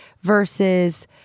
versus